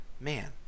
Man